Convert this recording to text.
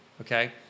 okay